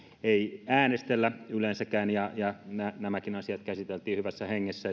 ei äänestellä yleensäkään ja ja nämäkin asiat käsiteltiin hyvässä hengessä